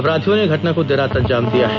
अपराधियों ने घटना को देर रात अंजाम दिया है